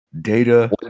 Data